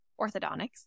orthodontics